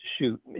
shoot